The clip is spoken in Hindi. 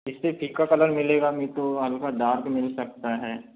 इससे फ़ीका कलर मिलेगा नहीं तो हल्का डार्क मिल सकता है